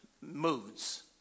moods